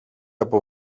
από